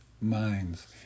Minds